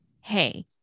hey